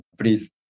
please